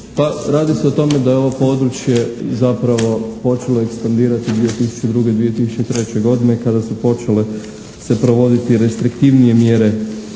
radi se o tome da je ovo područje zapravo počelo ekspandirati 2002., 2003. godine kada su počele se provoditi restrektivnije mjere